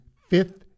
fifth